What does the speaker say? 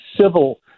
civil